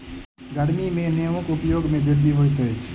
गर्मी में नेबोक उपयोग में वृद्धि होइत अछि